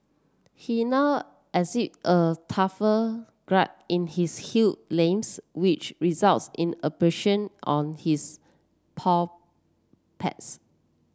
he now a in his heal limbs which results in abrasion on his paw pads